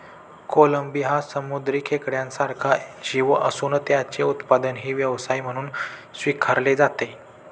कोळंबी हा समुद्री खेकड्यासारखा जीव असून त्याचे उत्पादनही व्यवसाय म्हणून स्वीकारले जाते